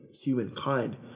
humankind